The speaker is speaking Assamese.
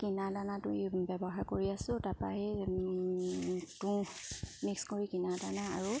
কিনা দানাটো ব্যৱহাৰ কৰি আছোঁ তাপা সেই তুঁহ মিক্স কৰি কিনা দানা আৰু